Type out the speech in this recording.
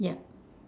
yeah